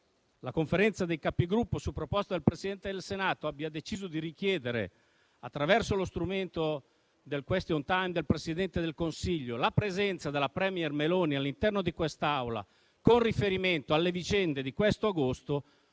la Conferenza dei Capigruppo, su proposta del Presidente del Senato, abbia deciso di richiedere, attraverso lo strumento del *question time*, la presenza della *premier* Meloni all'interno di quest'Aula, con riferimento alle vicende di questo agosto,